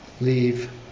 leave